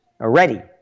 already